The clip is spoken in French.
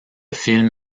film